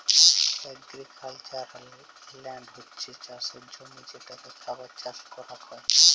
agricultural land হছ্যে চাসের জমি যেটাতে খাবার চাস করাক হ্যয়